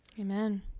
Amen